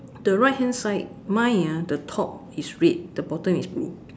the right hand side mine ah the top is red the bottom is blue